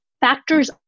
factors